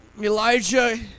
Elijah